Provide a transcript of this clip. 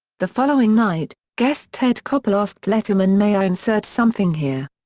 the following night, guest ted koppel asked letterman may i insert something here?